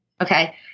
Okay